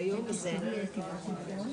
הישיבה ננעלה